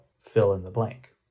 fill-in-the-blank